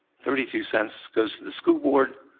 thirty two cents goes to the school board,